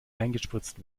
eingespritzt